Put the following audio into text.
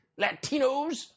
LATINOS